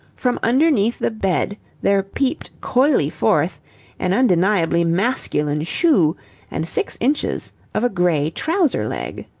from underneath the bed there peeped coyly forth an undeniably masculine shoe and six inches of a grey trouser-leg.